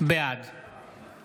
בעד